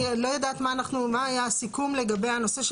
אני לא יודעת מה היה הסיכום לגבי הנושא,